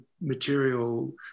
material